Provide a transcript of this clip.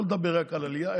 ולא רק לדבר על עלייה,